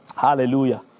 Hallelujah